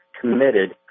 committed